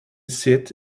seat